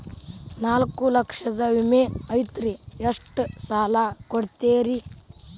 ನಾಲ್ಕು ಲಕ್ಷದ ವಿಮೆ ಐತ್ರಿ ಎಷ್ಟ ಸಾಲ ಕೊಡ್ತೇರಿ?